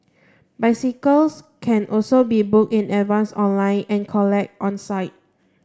bicycles can also be booked in advance online and collected on site